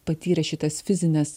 patyrė šitas fizines